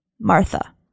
Martha